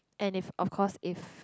and if of course if